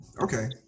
Okay